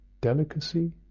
Delicacy